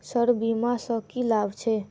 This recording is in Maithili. सर बीमा सँ की लाभ छैय?